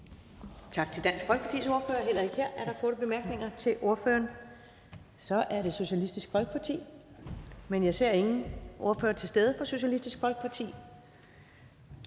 Tak til Dansk Folkepartis ordfører. Heller ikke her er der korte bemærkninger til ordføreren. Så er det Socialistisk Folkeparti, men jeg ser ingen ordfører til stede fra Socialistisk Folkeparti.